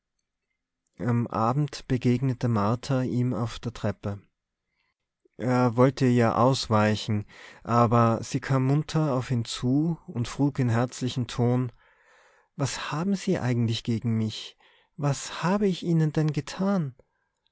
am abend begegnete martha ihm auf der treppe er wollte ihr ausweichen aber sie kam munter auf ihn zu und frug in herzlichem ton was haben sie eigentlich gegen mich was habe ich ihnen denn getan